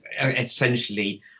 essentially